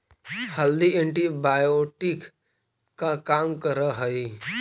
हल्दी एंटीबायोटिक का काम करअ हई